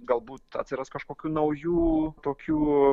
galbūt atsiras kažkokių naujų tokių